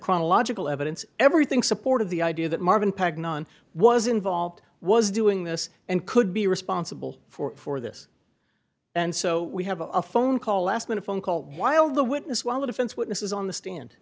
chronological evidence everything supported the idea that marvin pac non was involved was doing this and could be responsible for for this and so we have a phone call last minute phone call while the witness while a defense witness is on the stand